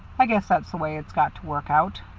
i guess that's the way it's got to work out,